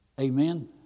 Amen